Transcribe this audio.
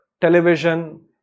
television